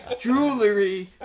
Jewelry